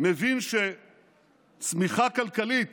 מבין שצמיחה כלכלית